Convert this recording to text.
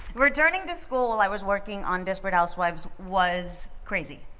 returning to school, i was working on desperate housewives, was crazy.